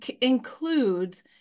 includes